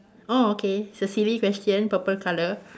oh okay it's a silly question purple colour